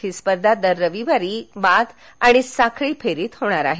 ही स्पर्धा दर रविवारी बाद आणि साखळी फेरीत होणार आहे